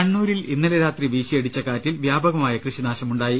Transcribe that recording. കണ്ണൂരിൽ ഇന്നലെ രാത്രി വീശിയടിച്ച കാറ്റിൽ വ്യാപകമായ കൃഷിനാശമുണ്ടായി